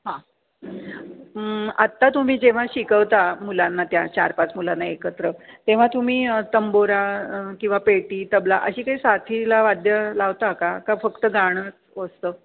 हां आत्ता तुम्ही जेव्हा शिकवता मुलांना त्या चार पाच मुलांना एकत्र तेव्हा तुम्ही तंबोरा किंवा पेटी तबला अशी काही साथीला वाद्य लावता का का फक्त गाणंच असतं